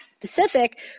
Pacific